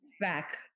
back